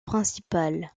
principal